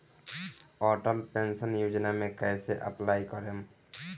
Atal pension योजना मे कैसे अप्लाई करेम?